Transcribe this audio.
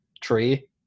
tree